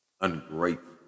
ungrateful